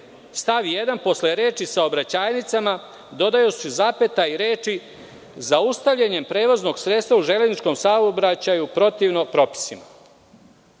stav 1. posle reči: „saobraćajnicama“ dodaje se zapeta i reči: „zaustavljanjem prevoznog sredstva u železničkom saobraćaju protivno propisima“?Ne